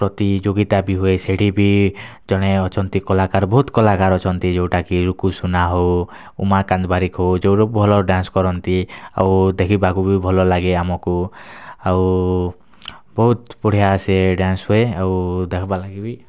ପ୍ରତିଯୋଗିତା ବି ହୁଏ ସେଇଟି ବି ଜଣେ ଅଛନ୍ତି କଲାକାର ବହୁତ୍ କଲାକାର୍ ଅଛନ୍ତି ଯେଉଟାକି କୁସୁନା ହଉ ଉମାକାନ୍ତ ବାରିକ୍ ହଉ ଯୋଉ ଲୋକ୍ ଭଲ ଡ଼ାନ୍ସ୍ କରନ୍ତି ଆଉ ଦେଖିବାକୁ ବି ଭଲ ଲାଗେ ଆମକୁ ଆଉ ବହୁତ୍ ବଢ଼ିଆସେ ଡ଼ାନ୍ସ୍ ହୁଏ ଆଉ ଦେଖବାଲାଗି